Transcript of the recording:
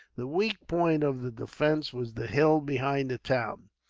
the weak point of the defence was the hill behind the town.